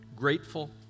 Grateful